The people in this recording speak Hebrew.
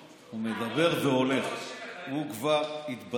הוא לא יכול לשמוע את התשובות.